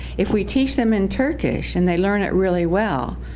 if we teach them in turkish and they learn it really well,